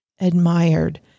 admired